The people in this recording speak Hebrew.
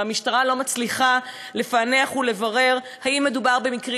והמשטרה לא מצליחה לפענח ולברר אם מדובר במקרים